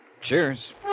Cheers